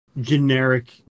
generic